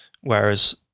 Whereas